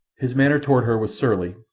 his manner toward her was surly,